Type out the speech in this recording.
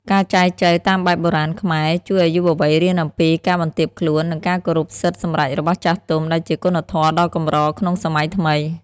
ការចែចូវតាមបែបបុរាណខ្មែរ ជួយឱ្យយុវវ័យរៀនអំពី "ការបន្ទាបខ្លួន និងការគោរពសិទ្ធិសម្រេចរបស់ចាស់ទុំ" ដែលជាគុណធម៌ដ៏កម្រក្នុងសម័យថ្មី។